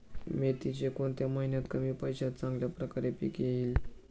मेथीचे कोणत्या महिन्यात कमी पैशात चांगल्या प्रकारे पीक येईल?